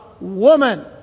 woman